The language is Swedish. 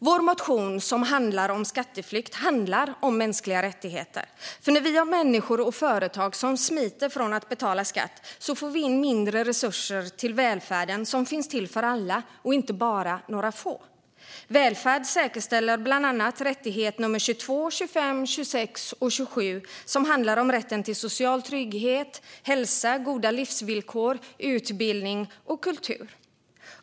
Vår motion om skatteflykt handlar om mänskliga rättigheter. När människor och företag smiter från att betala skatt får vi nämligen in mindre resurser till välfärden, som finns till för alla och inte bara några få. Välfärd säkerställer bland annat rättigheterna nr 22, 25, 26 och 27 som handlar om rätt till social trygghet, hälsa, goda livsvillkor, utbildning och kultur.